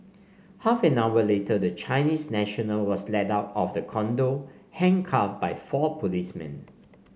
half an hour later the Chinese national was led out of the condo handcuffed by four policemen